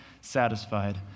satisfied